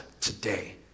today